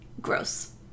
Gross